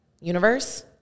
universe